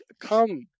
Come